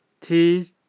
tea